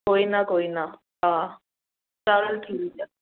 ਕੋਈ ਨਾ ਕੋਈ ਨਾ ਆ ਚਲ ਠੀਕ ਆ